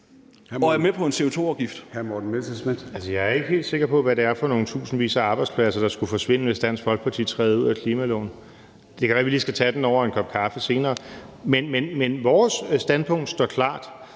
Morten Messerschmidt. Kl. 21:06 Morten Messerschmidt (DF): Jeg er ikke helt sikker på, hvad det er for nogle tusindvis af arbejdspladser, der skulle forsvinde, hvis Dansk Folkeparti træder ud af klimaloven. Det kan være, at vi lige skal tage den over en kop kaffe senere. Men vores standpunkt står klart: